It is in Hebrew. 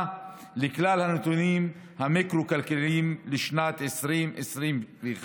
לכלל הנתונים המקרו-כלכליים לשנת 2021,